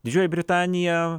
didžioji britanija